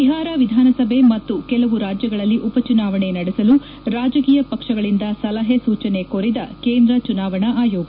ಬಿಹಾರ ವಿಧಾನಸಭೆ ಮತ್ತು ಕೆಲವು ರಾಜ್ಗಳಲ್ಲಿ ಉಪಚುನಾವಣೆ ನಡೆಸಲು ರಾಜಕೀಯ ಪಕ್ಷಗಳಿಂದ ಸಲಹೆ ಸೂಚನೆ ಕೋರಿದ ಕೇಂದ್ರ ಚುನಾವಣಾ ಆಯೋಗ